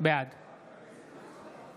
בעד